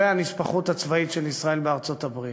והנספחות הצבאית של ישראל בארצות-הברית.